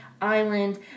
island